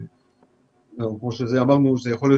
כמו שאמרנו, יכול להיות